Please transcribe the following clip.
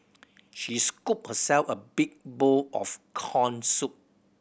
she scooped herself a big bowl of corn soup